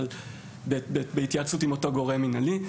אבל בהתייעצות עם אותו גורם מנהלי.